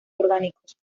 orgánicos